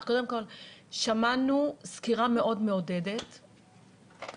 אבל הכיוון הוא לא להחליף אף אחד,